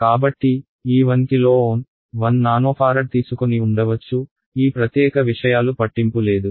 కాబట్టి ఈ 1 కిలో ఓంKΩ 1 నానోఫారడ్ తీసుకొని ఉండవచ్చు ఈ ప్రత్యేక విషయాలు పట్టింపు లేదు